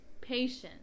Patience